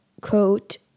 quote